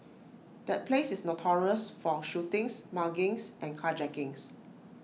that place is notorious for shootings muggings and carjackings